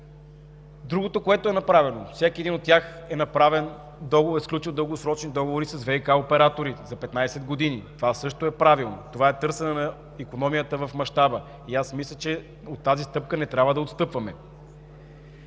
Другото, което е направено, всеки един от тях е сключил с ВиК операторите дългосрочни договори за 15 години. Това също е правилно. Това е търсене на икономията в мащаба и аз мисля, че от тази стъпка не трябва да отстъпваме.